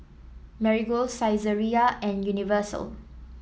Marigold Saizeriya and Universal